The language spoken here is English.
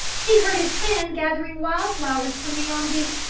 he hurt his hand gathering wild flowers for me on the